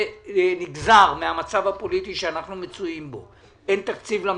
זה נגזר מהמצב הפוליטי שאנחנו מצויים בו אין תקציב למדינה,